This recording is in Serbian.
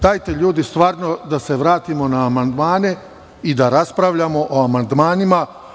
Dajte da se stvarno vratimo na amandmane i da raspravljamo o amandmanima.